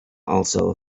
also